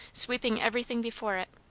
sweeping everything before it.